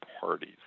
parties